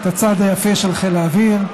את הצד היפה של חיל האוויר,